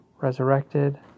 resurrected